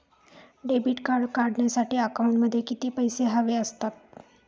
Debit card काढण्यासाठी अकाउंटमध्ये किती पैसे हवे असतात?